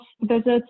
visits